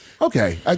Okay